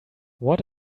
what